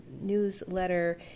newsletter